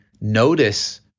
Notice